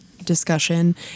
discussion